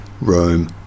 Rome